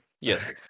Yes